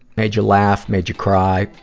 made you laugh, made you cry.